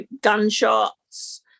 gunshots